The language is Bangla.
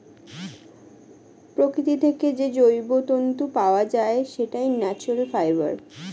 প্রকৃতি থেকে যে জৈব তন্তু পাওয়া যায়, সেটাই ন্যাচারাল ফাইবার